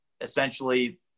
essentially